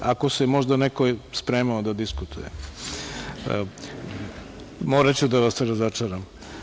Ako se možda neko spremao da diskutuje, moraću da vas razočaram.